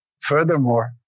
Furthermore